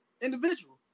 individual